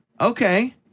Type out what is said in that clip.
okay